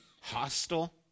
hostile